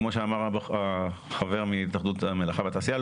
כמו שאמר הנציג מהתאחדות המלאכה והתעשייה,